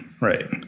right